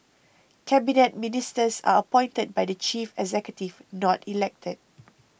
Cabinet Ministers are appointed by the chief executive not elected